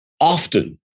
often